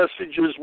messages